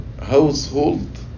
household